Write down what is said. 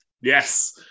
Yes